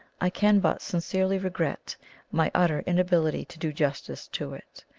i can but sincerely regret my utter inability to do justice to it.